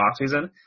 offseason